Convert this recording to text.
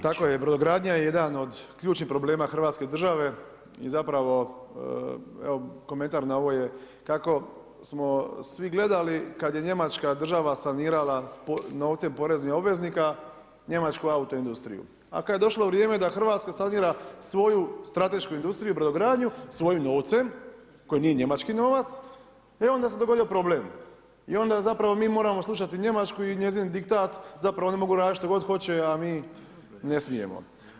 Tako je, brodogradnja je jedan od ključnih problema Hrvatske države i zapravo evo komentar na ovo je kako smo svi gledali kad je Njemačka država sanirala novcem poreznih obveznika Njemačku auto industriju, a kad je došlo vrijeme da Hrvatska sanira svoju stratešku industriju i brodogradnju svojim novcem, koji nije njemački novac, e onda se dogodio problem, onda zapravo mi moramo slušati Njemačku i njezin diktat, zapravo oni mogu radit šta god hoće, a mi ne smijemo.